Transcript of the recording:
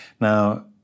Now